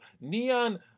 Neon